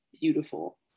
beautiful